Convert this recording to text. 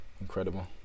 incredible